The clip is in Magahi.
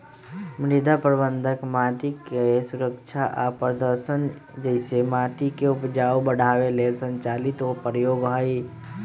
मृदा प्रबन्धन माटिके सुरक्षा आ प्रदर्शन जइसे माटिके उपजाऊ बढ़ाबे लेल संचालित प्रयोग हई